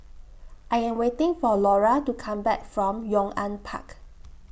I Am waiting For Laura to Come Back from Yong An Park